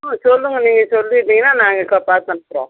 ஆ சொல்லுங்கள் நீங்கள் சொல்லியிருந்தீங்கன்னா நாங்கள் இப்போ பார்த்து அனுப்புகிறோம்